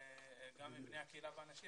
גם מבני הקהילה ואנשים,